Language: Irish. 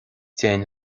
déan